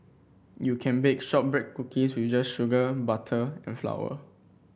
you can bake shortbread cookies with just sugar butter and flour